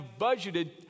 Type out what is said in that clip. budgeted